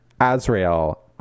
Azrael